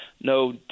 no